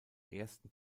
ersten